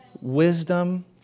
wisdom